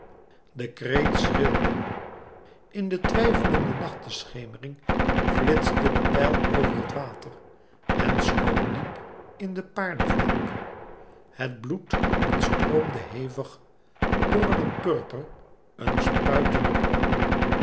de kreet schrilde in de twijfelende nachteschemering flitste de pijl over het water en schoot diep in den paardeflank het bloed ontstroomde hevig borrelend purper een spuitende bron